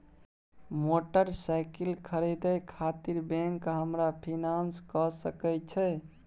Motorcycle खरीदे खातिर bank हमरा फिनांस कय सके छै?